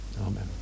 Amen